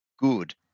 good